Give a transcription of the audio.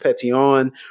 Petion